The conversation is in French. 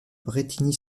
brétigny